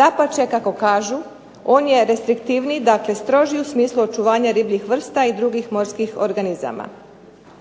Dapače, kako kažu, on je restriktivniji, dakle stroži, u smislu očuvanja ribljih vrsta i drugih morskih organizama.